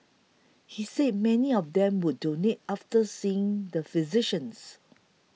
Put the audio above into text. he said many of them would donate after seeing the physicians